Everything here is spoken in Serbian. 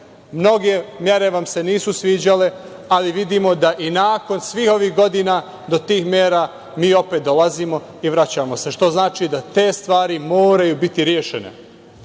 mnoge mere vam se nisu sviđale, ali vidimo da i nakon svih ovih godina do tih mera mi opet dolazimo i vraćamo se, što znači da te stvari moraju biti rešene. Ne